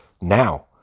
now